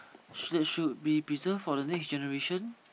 should that should be preserved for the next generation